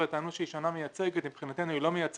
טענו ששנת 2016 היא שנה מייצגת אבל מבחינתנו היא לא מייצגת.